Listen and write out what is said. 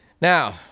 Now